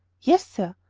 yes, sir.